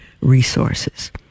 resources